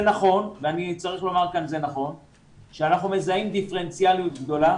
זה נכון שאנחנו מזהים דיפרנציאליות גדולה